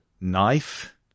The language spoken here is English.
knife